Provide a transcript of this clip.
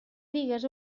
digues